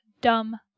dumb